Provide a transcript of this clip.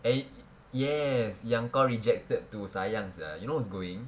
eh yes yang kau rejected tu sayang sia you know who's going